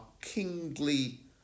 kingly